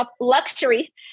Luxury